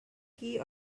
key